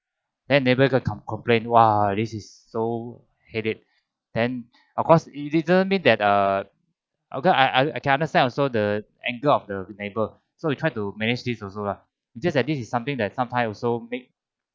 then neighbour go and complain !wah! this is so headache then of course it didn't mean that uh okay I I can understand also the the angle of the neighbour so we tried to manage these also lah just that this is something that sometime also make